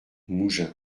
mougins